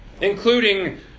including